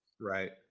right